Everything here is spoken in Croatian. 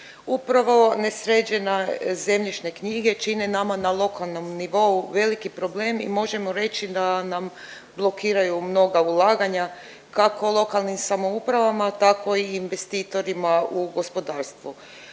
Upravo nesređene zemljišne knjige čine nama na lokalnom nivou veliki problem i možemo reći da nam blokiraju mnoga ulaganja kako lokalnim samouprava tako i investitorima u gospodarstvu.